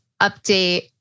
update